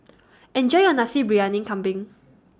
Enjoy your Nasi Briyani Kambing